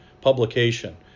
publication